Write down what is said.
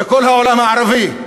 בכל העולם הערבי.